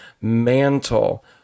mantle